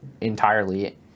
entirely